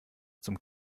zum